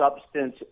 substance